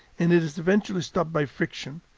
and it is eventually stopped by friction.